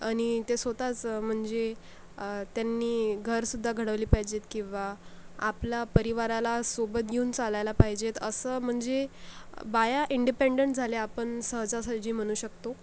आणि ते स्वत च म्हणजे त्यांनी घरसुद्धा घडवले पाहिजेत किंवा आपला परिवाराला सोबत घेऊन चलायला पाहिजेत असं म्हणजे बाया इंडिपेंडंट झाल्या पण सहजासहजी म्हणू शकतो